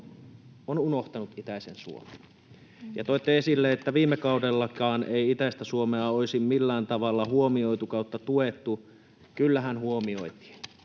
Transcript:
on unohtanut itäisen Suomen. Ja toitte esille, että viime kaudellakaan ei itäistä Suomea olisi millään tavalla huomioitu/tuettu. Kyllähän huomioitiin.